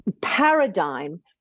paradigm